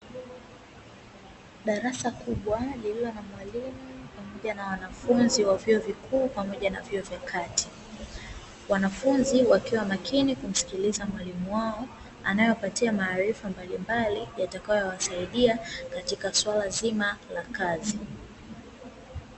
Darasa kubwa lililo na wanafunzi pamoja na wanafunzi wa vyuo vikuu pamoja na vyuo vya kati, wanafunzi wakiwa makini kumsikiliza mwalimu wao anaewapatia maarifa mbalimbali yatakayowasaidia katika swala zima la kazi.